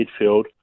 midfield